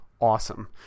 awesome